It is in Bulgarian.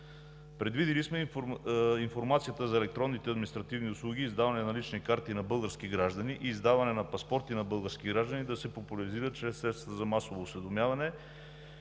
Предвидили сме информацията за електронните административни услуги, издаване на лични карти на български граждани, издаване на паспорти на българските граждани да се популяризира чрез средствата за масово осведомяване